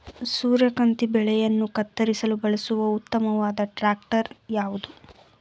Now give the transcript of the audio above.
ಸೂರ್ಯಕಾಂತಿ ಬೆಳೆಗಳನ್ನು ಕತ್ತರಿಸಲು ಬಳಸುವ ಉತ್ತಮವಾದ ಟ್ರಾಕ್ಟರ್ ಯಾವುದು?